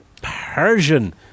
Persian